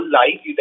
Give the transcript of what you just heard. life